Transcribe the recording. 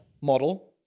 model